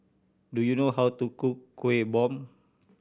do you know how to cook Kueh Bom